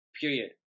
period